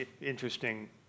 interesting